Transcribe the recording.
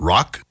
Rock